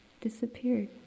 disappeared